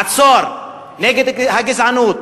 עצור, נגד הגזענות,